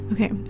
Okay